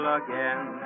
again